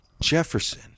Jefferson